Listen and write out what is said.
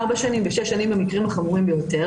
ארבע שנים ושש שנים במקרים החמורים ביותר